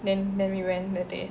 then then we went that day